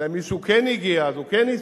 אלא מישהו כן הגיע, אז הוא כן ייסע,